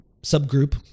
subgroup